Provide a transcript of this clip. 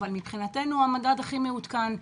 אבל מבחינתנו הוא המדד הכי מעודכן.